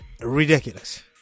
ridiculous